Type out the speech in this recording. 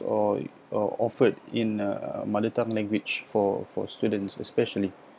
or uh offered in a mother tongue language for for students especially